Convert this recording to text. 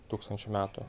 tūkstančių metų